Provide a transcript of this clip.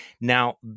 Now